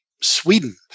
Sweden